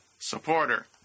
supporter